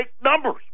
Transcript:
numbers